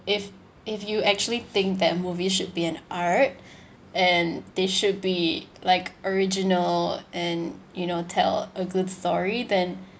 if if you actually think that movies should be an art and they should be like original and you know tell a good story then